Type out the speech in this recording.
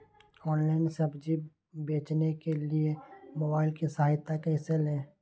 Online सब्जी बेचने के लिए मोबाईल की सहायता कैसे ले?